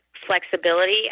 flexibility